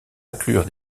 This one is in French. inclure